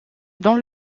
dans